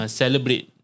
celebrate